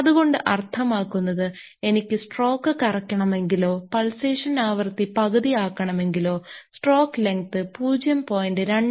അത് കൊണ്ട് അർത്ഥമാക്കുന്നത് എനിക്ക് സ്ട്രോക്ക് കുറക്കണമെങ്കിലോ പൾസേഷൻ ആവൃത്തി പകുതി ആക്കണമെങ്കിലോ സ്ട്രോക്ക് ലെങ്ത് 0